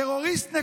טרוריסטי.